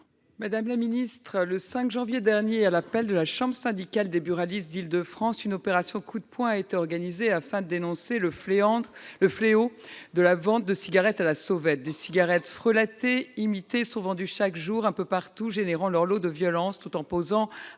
Madame la ministre, le 5 janvier dernier, à l’appel de la chambre syndicale des buralistes d’Île de France, une opération coup de poing a été organisée, afin de dénoncer le fléau de la vente de cigarettes à la sauvette. Des cigarettes frelatées, imitées, sont vendues chaque jour un peu partout, provoquant leur lot de violences tout en posant un